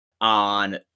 on